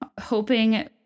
hoping